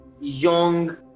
young